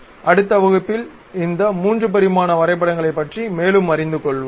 அடுத்த வகுப்பில் இந்த 3 பரிமாண வரைபடங்களைப் பற்றி மேலும் அறிந்து கொள்வோம்